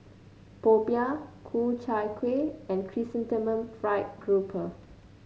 popiah Ku Chai Kueh and Chrysanthemum Fried Grouper